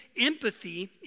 empathy